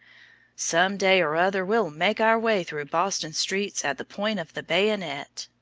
some day or other we'll make our way through boston streets at the point of the bayonet!